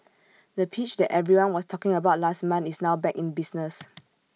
the pitch that everyone was talking about last month is now back in business